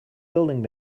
building